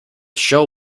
show